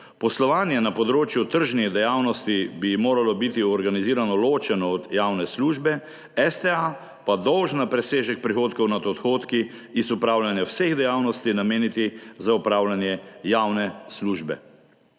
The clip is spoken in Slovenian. Poslovanje na področju tržnih dejavnosti bi moralo biti organizirano ločeno od javne službe, STA pa dolžna presežek prihodkov nad odhodki iz opravljanja vseh dejavnosti nameniti za opravljanje javne službe.